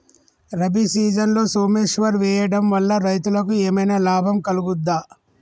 రబీ సీజన్లో సోమేశ్వర్ వేయడం వల్ల రైతులకు ఏమైనా లాభం కలుగుద్ద?